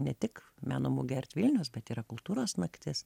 ne tik meno mugė art vilnius bet yra kultūros naktis